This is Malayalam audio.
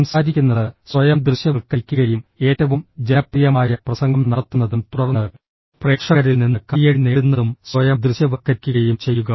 സംസാരിക്കുന്നത് സ്വയം ദൃശ്യവൽക്കരിക്കുകയും ഏറ്റവും ജനപ്രിയമായ പ്രസംഗം നടത്തുന്നതും തുടർന്ന് പ്രേക്ഷകരിൽ നിന്ന് കൈയടി നേടുന്നതും സ്വയം ദൃശ്യവൽക്കരിക്കുകയും ചെയ്യുക